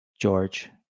George